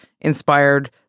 inspired